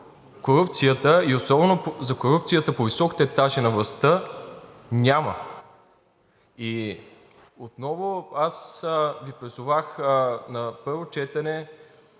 и особено за корупцията по високите етажи на властта няма. Аз Ви призовах на първо четене